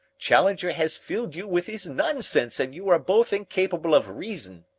challenger has filled you with his nonsense and you are both incapable of reason.